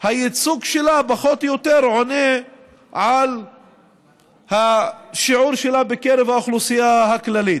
הייצוג שלה פחות או יותר עונה על השיעור שלה בקרב האוכלוסייה הכללית.